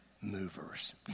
movers